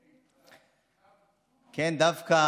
כן, דווקא